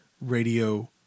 radio